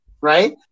right